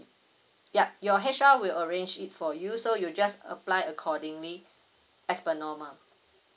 yup your HR will arrange it for you so you just apply accordingly as per normal